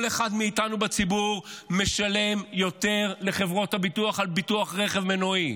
כל אחד מאיתנו בציבור משלם יותר לחברות הביטוח על ביטוח רכב מנועי,